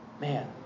man